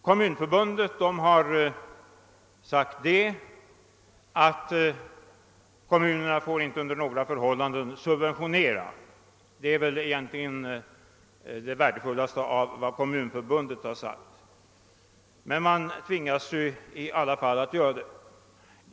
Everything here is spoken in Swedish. Kommunförbundet har framhållit att kommunerna under inga förhållanden får subventionera, och det är väl egentligen det värdefullaste i dess yttrande: Men kommunerna tvingas i alla fall att göra detta.